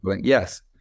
Yes